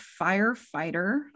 firefighter